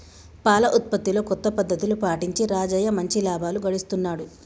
పాల ఉత్పత్తిలో కొత్త పద్ధతులు పాటించి రాజయ్య మంచి లాభాలు గడిస్తున్నాడు